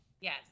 Yes